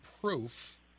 proof